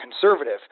conservative